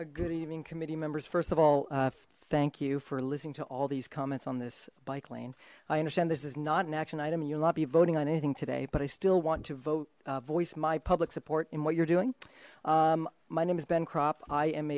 a good evening committee members first of all thank you for listening to all these comments on this bike lane i understand this is not an action item and you'll not be voting on anything today but i still want to vote voice my public support in what you're doing my name is ben crop i am